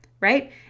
right